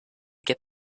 get